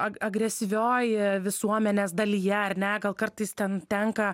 ag agresyvioj visuomenės dalyje ar ne gal kartais ten tenka